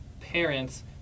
parents